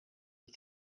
the